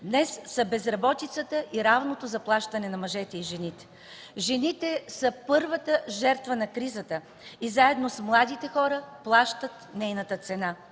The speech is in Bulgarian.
днес са безработицата и равното заплащане на мъжете и жените. Жените са първата жертва на кризата и заедно с младите хора плащат нейната цена.